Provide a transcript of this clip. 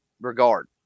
regard